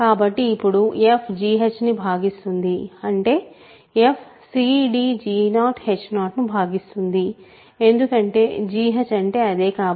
కాబట్టి ఇప్పుడు f gh ను భాగిస్తుంది అంటే f cdg0h0ను భాగిస్తుంది ఎందుకంటే gh అంటే అదే కాబట్టి